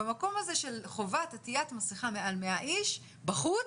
במקום הזה של חובת עטיית מסכה מעל 100 איש בחוץ,